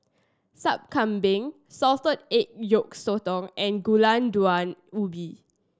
Sup Kambing salted egg yolk sotong and Gulai Daun Ubi